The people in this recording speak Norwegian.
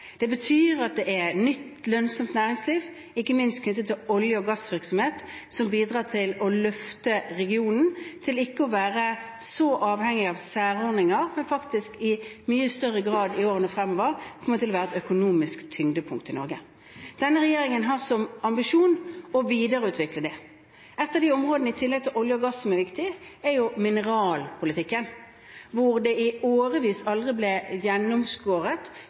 Det betyr at det er et nytt, lønnsomt næringsliv, ikke minst knyttet til olje- og gassvirksomhet, som bidrar til å løfte regionen til ikke å være så avhengig av særordninger, slik at den i mye større grad i årene fremover faktisk kommer til å være et økonomisk tyngdepunkt i Norge. Denne regjeringen har som ambisjon å videreutvikle det. Et av områdene som er viktig – i tillegg til olje- og gass – er mineralpolitikken, hvor det i årevis aldri ble